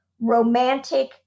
romantic